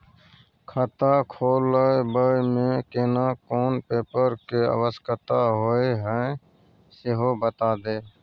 खाता खोलैबय में केना कोन पेपर के आवश्यकता होए हैं सेहो बता देब?